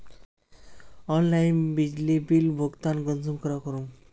Online बिजली bill भुगतान कुंसम करे करूम?